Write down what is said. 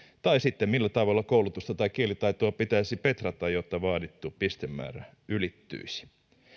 tai sitten millä tavalla koulutusta tai kielitaitoa pitäisi petrata jotta vaadittu pistemäärä ylittyisi